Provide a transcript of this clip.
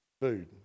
food